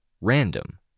random